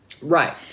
Right